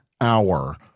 hour